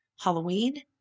Halloween